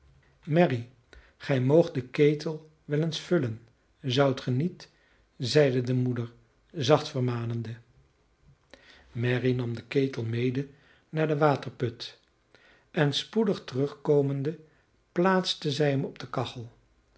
mary gij moogt den ketel wel eens vullen zoudt ge niet zeide de moeder zacht vermanende mary nam den ketel mede naar den waterput en spoedig terugkomende plaatste zij hem op de kachel